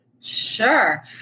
Sure